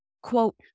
quote